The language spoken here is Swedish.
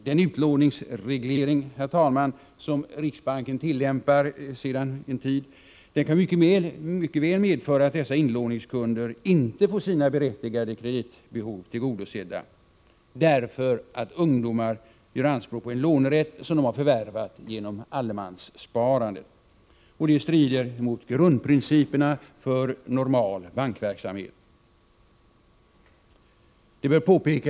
Den utlåningsreglering som riksbanken tillämpar sedan en tid kan mycket väl medföra att dessa inlåningskunder inte får sina berättigade kreditbehov tillgodosedda, därför att ungdomar gör anspråk på en lånerätt sor. de har förvärvat genom allemanssparande. Detta strider mot grundprinciperna för normal bankverksamhet. Herr talman!